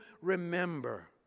remember